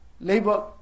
labor